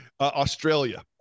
Australia